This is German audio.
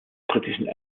britischen